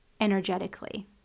energetically